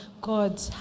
God